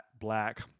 black